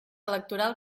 electoral